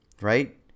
right